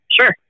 Sure